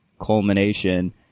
culmination